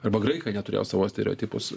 arba graikai neturėjo savo stereotipus